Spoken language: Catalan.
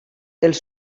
els